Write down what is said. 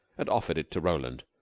and offered it to roland,